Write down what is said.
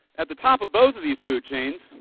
at the top of both of these food chains